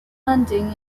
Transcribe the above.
hunting